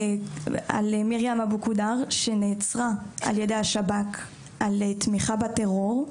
על מרים אבו-קודר שנעצרה על ידי השב"כ על תמיכה בטרור,